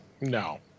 No